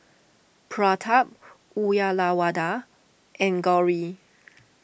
Pratap Uyyalawada and Gauri